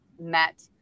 met